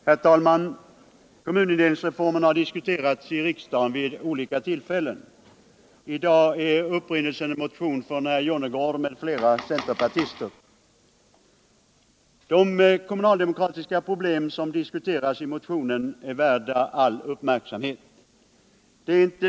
Herr talman! Kommunindelningsreformen har diskuterats i riksdagen vid olika tillfällen. I dag är upprinnelsen en motion från herr Jonnergård m.fl. centerpartister. De kommunaldemokratiska problem som diskuteras i motionen är värda all uppmärksamhet.